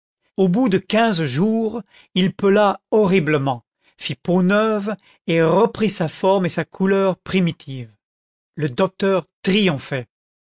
au bout de quinze jours il pela horriblement fit peau neuve et reprit sa forme et sa couleur primitives le docteur triomphait